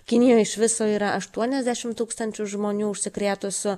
kinijo iš viso yra aštuoniasdešim tūkstančių žmonių užsikrėtusių